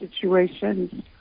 situations